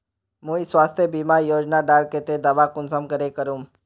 मुई स्वास्थ्य बीमा योजना डार केते दावा कुंसम करे करूम?